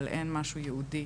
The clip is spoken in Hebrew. אבל אין משהו ייעודי